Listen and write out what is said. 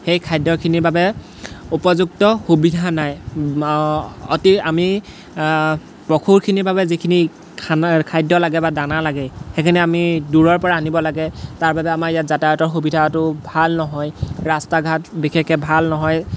সেই খাদ্যখিনিৰ বাবে উপযুক্ত সুবিধা নাই অতি আমি পশুৰখিনিৰ বাবে যিখিনি খানা খাদ্য লাগে বা দানা লাগে সেইখিনি আমি দূৰৰপৰা আনিব লাগে তাৰ বাবে আমাৰ ইয়াত যাতায়তৰ সুবিধাটো ভাল নহয় ৰাস্তা ঘাট বিশেষকৈ ভাল নহয়